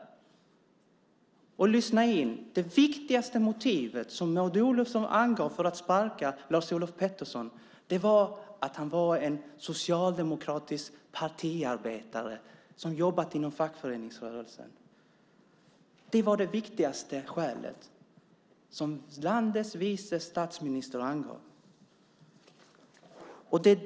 Där kan man höra att det viktigaste motivet som Maud Olofsson angav för att sparka Lars-Olof Pettersson var att han var en socialdemokratisk partiarbetare som hade jobbat inom fackföreningsrörelsen. Det var det viktigaste skälet som landets vice statsminister angav.